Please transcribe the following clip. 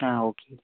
ആ ഓക്കേ